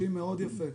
משתמשים מאוד יפה.